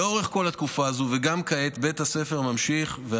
לאורך כל התקופה הזאת וגם כעת בית הספר והצוות ממשיכים על